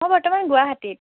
মই বৰ্তমান গুৱাহাটীত